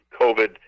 COVID